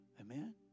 Amen